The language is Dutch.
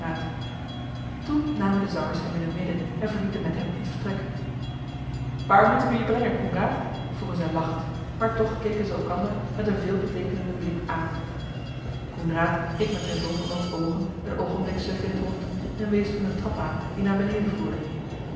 toen namen de zangers hem in hun midden en verlieten met hem het vertrek waar moeten we je brengen coenraad vroegen zij lachend maar toch keken zij elkander met een veelbeteekenenden blik aan coenraad keek met zijne dronkemansoogen een oogenblik suf in het rond en wees toen eene trap aan die naar beneden voerde